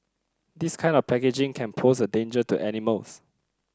this kind of packaging can pose a danger to animals